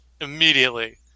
immediately